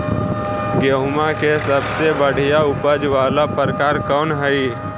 गेंहूम के सबसे बढ़िया उपज वाला प्रकार कौन हई?